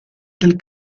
del